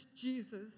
Jesus